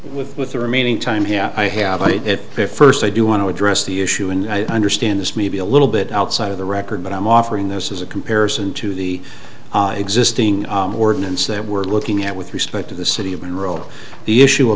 with with the remaining time here i have it here first i do want to address the issue and i understand this may be a little bit outside of the record but i'm offering this as a comparison to the existing ordinance that we're looking at with respect to the city of mineral the issue of